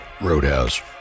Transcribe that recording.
Roadhouse